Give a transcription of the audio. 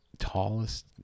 tallest